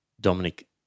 Dominic